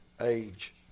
age